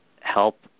help